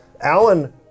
Alan